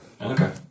Okay